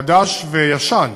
חדש וישן,